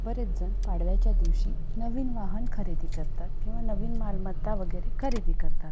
बरेचजण पाडव्याच्या दिवशी नवीन वाहन खरेदी करतात किंवा नवीन मालमत्ता वगैरे खरेदी करतात